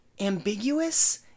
ambiguous